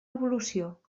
evolució